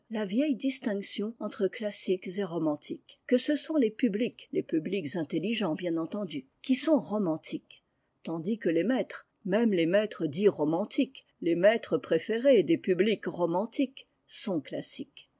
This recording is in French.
la vieille distinction entre classiques et romantiques que ce sont les publics les publics intelligents bien entendu qui sont romantiques tandis que les maîtres même les maîtres dits romantiques les maîtres préférés des publics romantiques sont classiques